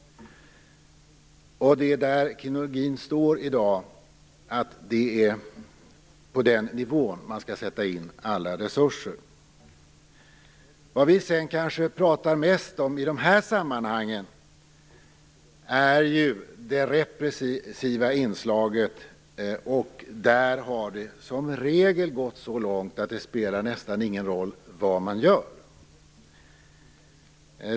Det är där kriminologin står i dag. Det är på den nivån man skall sätta in alla resurser. Vad vi pratar mest om i dessa sammanhang är det repressiva inslaget. Det har som regel gått så långt att det nästan inte spelar någon roll vad man gör.